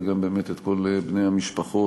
וגם באמת את כל בני המשפחות,